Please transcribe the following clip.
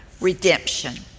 redemption